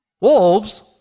Wolves